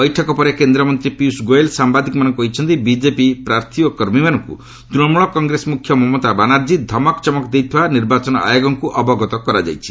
ବୈଠକ ପରେ କେନ୍ଦ୍ରମନ୍ତ୍ରୀ ପୀୟୁଷ ଗୋୟଲ୍ ସାମ୍ବାଦିକମାନଙ୍କୁ କହିଛନ୍ତି ବିଜେପି ପ୍ରାର୍ଥୀ ଓ କର୍ମୀମାନଙ୍କୁ ତୃଣମୂଳ କଂଗ୍ରେସ ମୁଖ୍ୟ ମମତା ବାନାର୍ଜୀ ଧମକ ଚମକ ଦେଇଥିବା ନିର୍ବାଚନ ଆୟୋଗଙ୍କୁ ଅବଗତ କରାଯାଇଛି